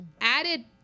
Added